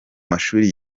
mashuri